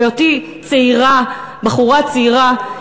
בהיותי בחורה צעירה,